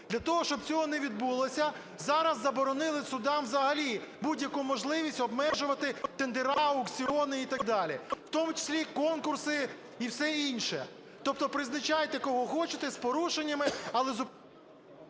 для того, щоб цього не відбулося, зараз заборонили судам взагалі будь-яку можливість обмежувати тендера, аукціони і так далі, в тому числі конкурси і все інше. Тобто призначайте кого хочете, з порушеннями, але…